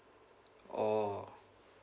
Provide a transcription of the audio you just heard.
oh